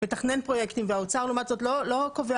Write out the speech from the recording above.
מתכנן פרויקטים והאוצר לעומת זאת לא קובע